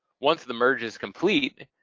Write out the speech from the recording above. once the merge is complete,